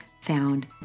found